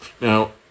Now